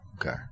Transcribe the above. Okay